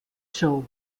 show